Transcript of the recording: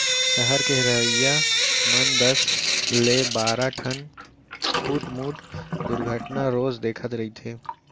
सहर के रहइया मन दस ले बारा ठन छुटमुट दुरघटना रोज देखत रथें